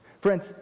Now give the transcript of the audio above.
Friends